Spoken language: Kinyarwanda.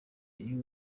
iyo